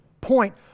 point